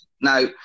Now